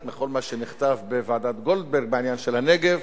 מכל מה שנכתב בוועדת-גולדברג בעניין של הנגב,